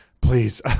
please